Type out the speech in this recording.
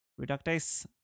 Reductase